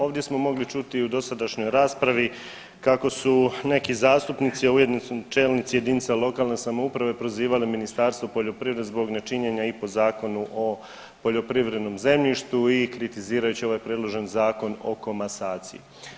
Ovdje smo mogli čuti u dosadašnjoj raspravi kako su neki zastupnici, a ujedno čelnici jedinica lokalne samouprave prozivali Ministarstvo poljoprivrede zbog nečinjenja i po Zakonu o poljoprivrednom zemljištu i kritizirajući ovaj predloženi Zakon o komasaciji.